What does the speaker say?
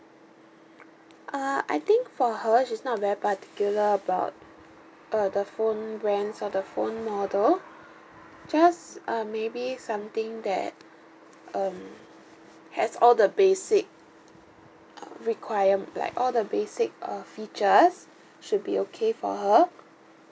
uh I think for her she is not very particular about uh the phone brands or the phone model just um maybe something that um has all the basic uh requirem~ like all the basic uh features should be okay for her